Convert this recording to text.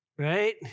Right